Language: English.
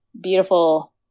beautiful